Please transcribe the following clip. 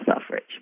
suffrage